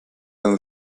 than